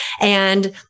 And-